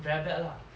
very bad lah